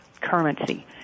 currency